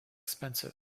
expensive